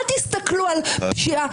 אל תסתכלו על פשיעה,